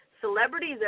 celebrities